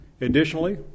Additionally